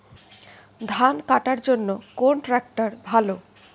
ধান কাটার জন্য কোন ট্রাক্টর ভালো?